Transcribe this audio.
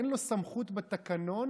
אין לו סמכות בתקנון